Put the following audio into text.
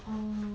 err